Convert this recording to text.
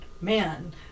man